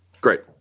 Great